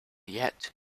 yet